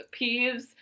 Peeves